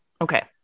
Okay